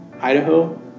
Idaho